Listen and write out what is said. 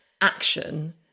action